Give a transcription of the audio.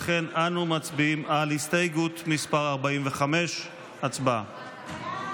לכן אנו מצביעים על הסתייגות מס' 45. הצבעה.